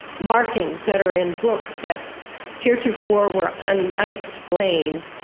markings that are in books that heretofore were and unexplained,